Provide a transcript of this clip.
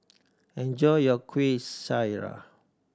enjoy your Kueh Syara